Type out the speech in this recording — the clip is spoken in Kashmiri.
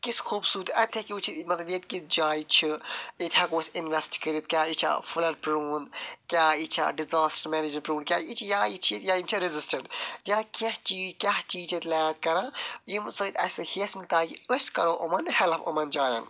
کِژھ خوٗبصوٗرتی اَتہِ تہِ ہیٚکہِ وُچھِتھ یہِ مطلب ییٚتہِ کِژھ جاے چھِ ییٚتہِ ہیٚکُو أسۍ اِنویٚسٹ کٔرتھ کیٛاہ یہِ چھا فٕلَڈ پرٛون کیٛاہ یہِ چھا ڈِزاسٹَر مینیجٕڈ پرٛون کیٛاہ یہِ چھِ یا یہِ چھِ ییٚتہِ یا یِم چھِ ریٚزِسٹیٚنٹ یا کیٚنٛہہ چیٖز کیٛاہ چیٖز چھِ ییٚتہِ لیک کران ییٚمہِ سۭتۍ اسہِ أسۍ کرو یِمَن ہیٚلٕپ یِمَن جایَن